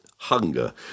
hunger